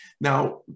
Now